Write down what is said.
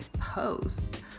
post